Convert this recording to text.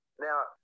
Now